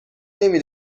نمی